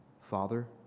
Father